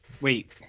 wait